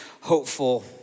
hopeful